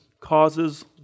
causes